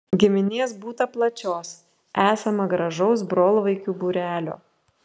giminės būta plačios esama gražaus brolvaikių būrelio